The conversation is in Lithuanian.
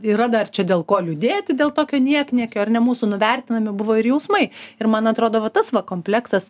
yra dar čia dėl ko liūdėti dėl tokio niekniekio ar ne mūsų nuvertinami buvo jausmai ir man atrodo va tas va kompleksas